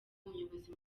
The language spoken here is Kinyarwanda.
umuyobozi